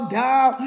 down